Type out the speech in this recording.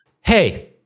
Hey